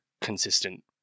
consistent